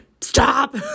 Stop